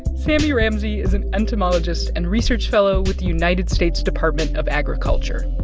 sammy ramsey is an entomologist and research fellow with the united states department of agriculture.